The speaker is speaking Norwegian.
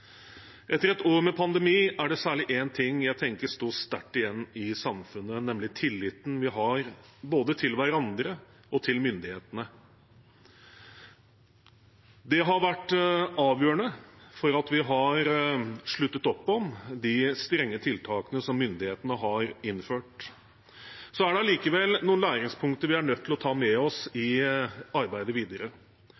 Etter ett år med pandemi er det særlig én ting jeg tenker står sterkt igjen i samfunnet, nemlig tilliten vi har, både til hverandre og til myndighetene. Det har vært avgjørende for at vi har sluttet opp om de strenge tiltakene som myndighetene har innført. Det er allikevel noen læringspunkter vi er nødt til å ta med oss i